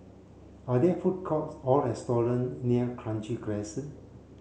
are there food courts or restaurants near Kranji Crescent